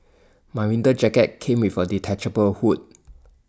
my winter jacket came with A detachable hood